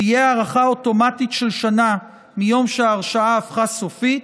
תהיה הארכה אוטומטית של שנה מיום שההרשעה הפכה סופית,